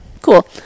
cool